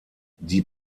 die